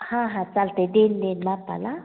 हां हां चालतंय देईन देईन मापाला